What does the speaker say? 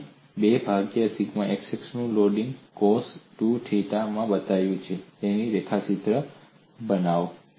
મેં 2 ભાગ્યા sigma xx નું લોડિંગ કોર્સ 2 થીટા માં બતાવ્યું છે તેનો રેખાચિત્ર બનાવો